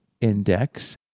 Index